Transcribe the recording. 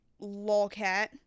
Lolcat